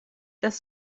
das